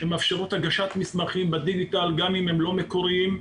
שמאפשרות הגשת מסמכים בדיגיטל גם אם הם לא מקוריים.